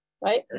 right